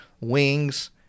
wings